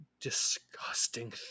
disgusting